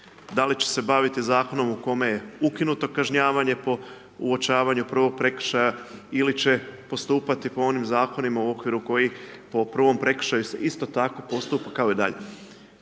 Da li će se baviti Zakonom u kome je ukinuto kažnjavanje po uočavanju prvog prekršaja ili će postupati po onim Zakonima u okviru kojih po prvom prekršaju se isto tako postupa kao i dalje?